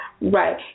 Right